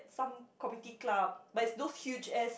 some community club but is those huge ass